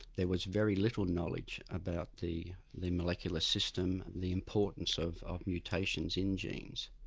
there was very little knowledge about the the molecular system, the importance of of mutations in genes,